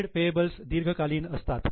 trade payables दीर्घकालीन असतात